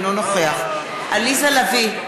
אינו נוכח עליזה לביא,